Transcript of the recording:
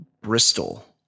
bristol